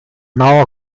now